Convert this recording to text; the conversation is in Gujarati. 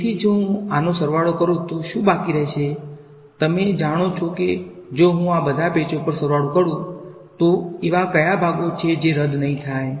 તેથી જો હું આનો સરવાળો કરું તો શું બાકી રહીશે તમે જાણો છો કે જો હું આ બધા પેચો પર સરવાળો કરું તો એવા કયા ભાગો છે જે રદ નહીં થાય